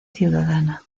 ciudadana